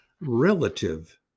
relative